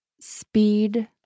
speed